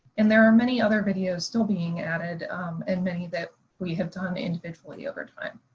and there are many other videos still being added and many that we have done individually over time.